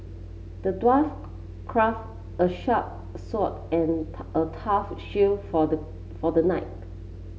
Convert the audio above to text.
the dwarf craft a sharp sword and a tough shield for the for the knight